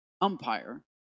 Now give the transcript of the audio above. umpire